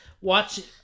Watch